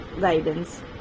guidance